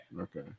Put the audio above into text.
Okay